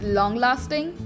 long-lasting